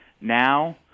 now